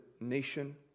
nation